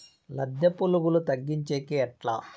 లద్దె పులుగులు తగ్గించేకి ఎట్లా?